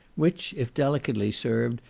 which, if delicately served,